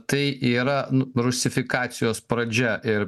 tai yra nu rusifikacijos pradžia ir